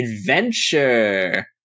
Adventure